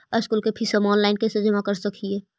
School के फीस हम ऑनलाइन कैसे जमा कर सक हिय?